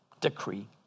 decree